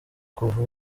kuva